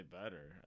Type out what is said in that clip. better